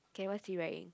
K what's he wearing